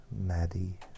Maddie